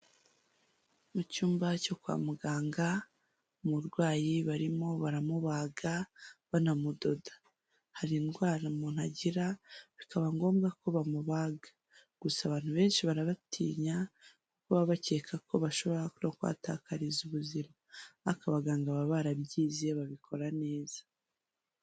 Mu cyumba cyo kwa muganga umurwayi barimo baramubaga banamudoda, hari indwara umuntu agira bikaba ngombwa ko bamubaga, gusa abantu benshi barabitinya kuko baba bakeka ko bashobora kuhatakariza ubuzima ariko abaganga baba barabyigiye babikora neza.